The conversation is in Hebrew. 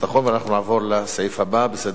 נעבור לסעיף הבא בסדר-היום,